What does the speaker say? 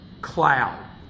Cloud